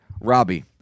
Robbie